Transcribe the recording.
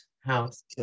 house